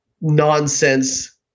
nonsense